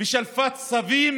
ושלפה צווים